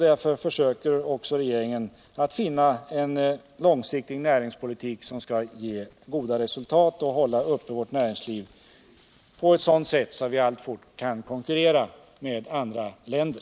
Därför försöker regeringen att också finna en långsiktig näringspolitik som skall ge goda resultat och hålla uppe vårt näringsliv på ett sådant sätt att vi alltjämt kan konkurrera med andra länder.